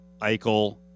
Eichel